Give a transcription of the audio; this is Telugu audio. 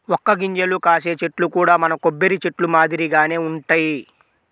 వక్క గింజలు కాసే చెట్లు కూడా మన కొబ్బరి చెట్లు మాదిరిగానే వుంటయ్యి